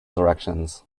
directions